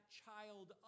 child